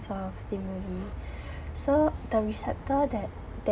of stimuli so the receptor that